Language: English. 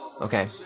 Okay